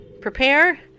prepare